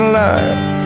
life